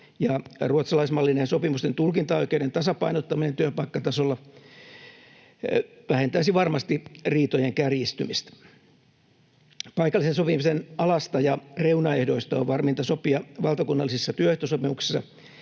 ruotsalaismallinen sopimusten tulkintaoikeuden tasapainottaminen työpaikkatasolla vähentäisi varmasti riitojen kärjistymistä. Paikallisen sopimisen alasta ja reunaehdoista on varminta sopia valtakunnallisissa työehtosopimuksissa,